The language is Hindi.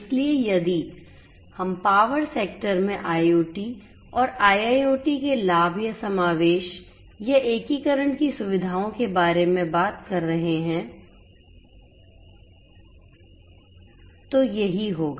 इसलिए यदि हम पावर सेक्टर में IoT और IIoT के लाभ या समावेश या एकीकरण की सुविधाओं के बारे में बात कर रहे हैं तो यही होगा